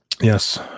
Yes